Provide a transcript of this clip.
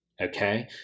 Okay